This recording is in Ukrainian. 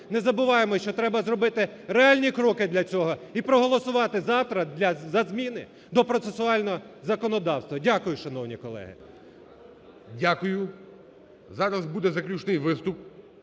не забуваємо, що треба зробити реальні кроки для цього і проголосувати завтра за зміни до процесуального законодавства. Дякую, шановні колеги. ГОЛОВУЮЧИЙ. Дякую. Зараз буде заключний виступ,